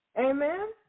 Amen